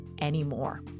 anymore